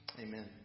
Amen